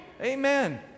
Amen